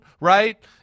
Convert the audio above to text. right